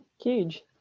Huge